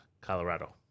Colorado